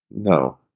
No